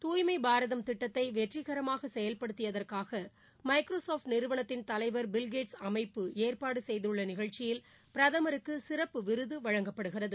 தூய்மை பாரதம் திட்டத்தை வெற்றிகரமாக செயல்படுத்தியதற்காக மைக்ரோ சாப்ட் நிறுவனத்தின் தலைவர் பில்கேட்ஸ் அமைப்பு ஏற்பாடு செய்துள்ள நிகழ்ச்சியில் பிரதமருக்கு சிறப்பு விருது வழங்கப்படுகிறது